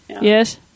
Yes